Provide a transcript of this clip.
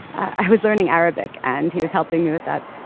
i was learning arabic and he was helping me with that.